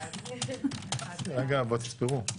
הצבעה בעד פה אחד התקבלה.